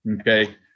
Okay